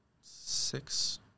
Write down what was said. Six